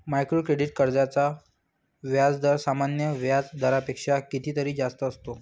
micro credit कर्जांचा व्याजदर सामान्य व्याज दरापेक्षा कितीतरी जास्त असतो